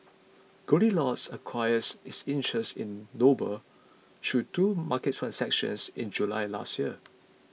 Goldilocks acquired its interest in Noble through two market transactions in July last year